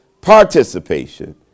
participation